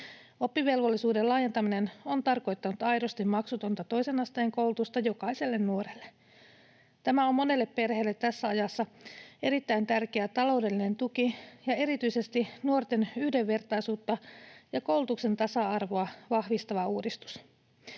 Oppivelvollisuuden laajentaminen on tarkoittanut aidosti maksutonta toisen asteen koulutusta jokaiselle nuorelle. Tämä on monelle perheelle tässä ajassa erittäin tärkeä taloudellinen tuki ja erityisesti nuorten yhdenvertaisuutta ja koulutuksen tasa-arvoa vahvistava uudistus.